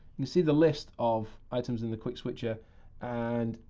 you see the list of items in the quick switcher and,